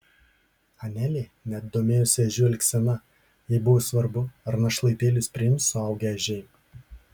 anelė net domėjosi ežių elgsena jai buvo svarbu ar našlaitėlius priims suaugę ežiai